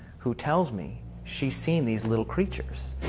who tells me she's seen these little creatures,